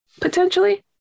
Potentially